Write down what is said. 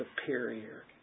superior